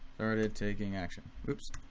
started taking action. whoops.